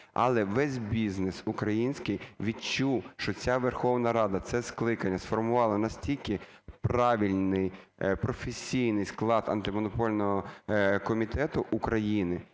Але весь бізнес український відчув, що ця Верховна Рада, це скликання сформували настільки правильний професійний склад Антимонопольного комітету України,